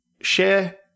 share